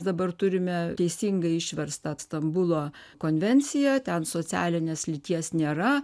dabar turime teisingai išverstą stambulo konvenciją ten socialinės lyties nėra